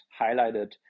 highlighted